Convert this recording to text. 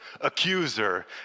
accuser